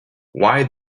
why